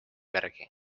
järgi